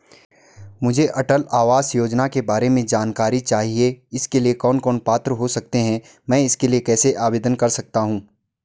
मुझे अटल आवास योजना के बारे में जानकारी चाहिए इसके लिए कौन कौन पात्र हो सकते हैं मैं इसके लिए कैसे आवेदन कर सकता हूँ?